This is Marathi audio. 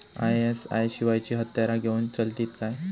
आय.एस.आय शिवायची हत्यारा घेऊन चलतीत काय?